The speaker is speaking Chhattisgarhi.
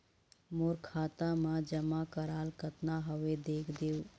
मोर खाता मा जमा कराल कतना हवे देख देव?